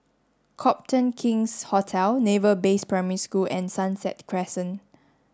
Copthorne King's Hotel Naval Base Primary School and Sunset Crescent